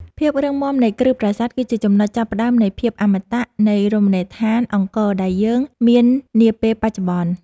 ភាពរឹងមាំនៃគ្រឹះប្រាសាទគឺជាចំណុចចាប់ផ្តើមនៃភាពអមតៈនៃរមណីយដ្ឋានអង្គរដែលយើងមាននាពេលបច្ចុប្បន្ន។